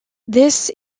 this